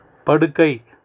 படுக்கை